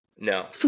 No